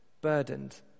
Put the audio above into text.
burdened